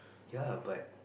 yea but